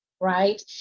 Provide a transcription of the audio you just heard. right